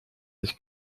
sich